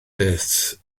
peth